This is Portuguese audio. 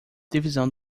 divisão